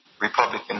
Republican